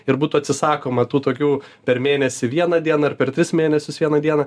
ir būtų atsisakoma tų tokių per mėnesį vieną dieną ar per tris mėnesius vieną dieną